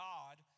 God